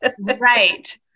right